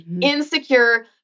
insecure